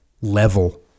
level